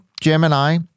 Gemini